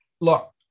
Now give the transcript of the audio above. look